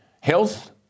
health